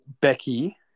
Becky